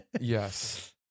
Yes